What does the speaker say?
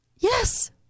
Yes